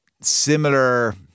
similar